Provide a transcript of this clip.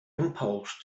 impulse